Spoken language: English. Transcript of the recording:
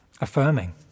affirming